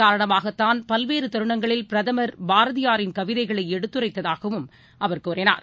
காரணமாகத்தான் இகன் பல்வேறுதருணங்களில் பிரதமர் பாரதியாரின் கவிதைகளைஎடுத்துரைத்ததாகவும் அவர் கூறினார்